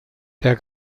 der